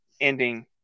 ending